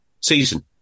season